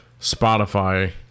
spotify